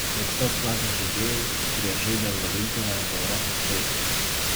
aukštos klasės žaidėjai kurie žaidė eurolygoje arba europos taurėje